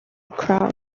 crowd